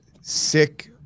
sick